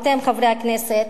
אתם, חברי הכנסת,